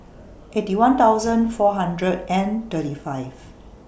Eighty One thousand four hundred and thirty five